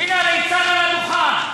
הנה, הליצן על הדוכן.